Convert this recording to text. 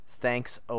Thanks